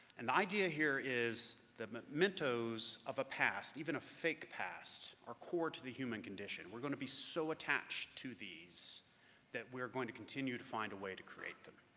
and the idea here is, the mementos of a past, even a fake past, are core to the human condition. we're going to be so attached to these that we're going to continue to find a way to create them.